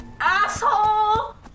Asshole